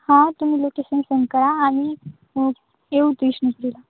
हां तुम्ही location send करा आणि येऊ विष्णुपुरीला